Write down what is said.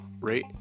rate